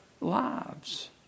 lives